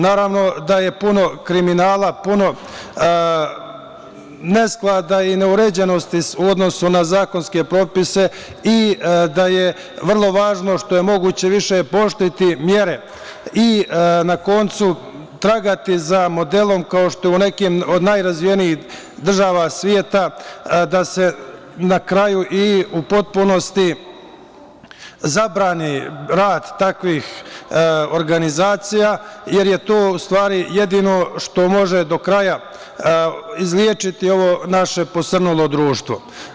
Naravno, da je puno kriminala, puno nesklada i neuređenosti u odnosu na zakonske propise i da je vrlo važno što je moguće više pooštriti mere i na koncu tragati za modelom, kao što je u nekim od najrazvijenijih država sveta, da se na kraju i u potpunosti zabrani rad takvih organizacija, jer je to u stvari jedino što može do kraja izlečiti ovo naše posrnulo društvo.